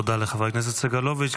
תודה לחבר הכנסת סגלוביץ'.